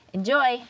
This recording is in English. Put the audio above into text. Enjoy